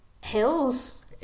hills